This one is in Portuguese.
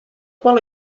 qual